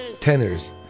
tenors